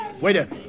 Waiter